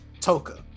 Toka